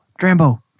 Drambo